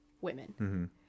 women